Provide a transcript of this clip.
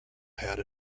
had